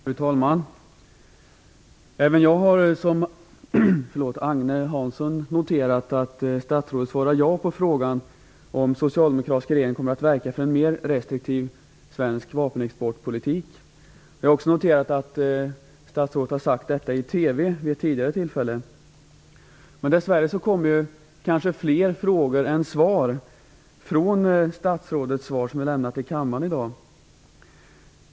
Fru talman! Även jag, liksom Agne Hansson, noterade att statsrådet svarade ja på frågan om ifall en socialdemokratisk regeringen kommer att verka för en mer restriktiv svensk vapenexportpolitik. Jag har också noterat att statsrådet vid ett tidigare tillfälle sagt detta i TV. Men dess värre uppkommer nästan fler frågor än svar av statsrådets svar som han lämnat i kammaren i dag.